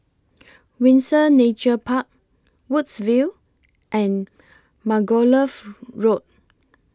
Windsor Nature Park Woodsville and Margoliouth Road